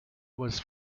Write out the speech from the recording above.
was